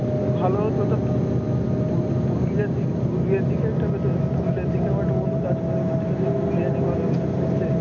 সে তো ভালো হত তো পুরু পুরুলি পুরুলিয়ার দিকে পুরুলিয়ার দিকে একটা বেতন পুরুলিয়ার দিকে আমার একটা বন্ধু কাজ করে ও বলছিলো যে পুরুলিয়াতেই ভালো বেতন চলছে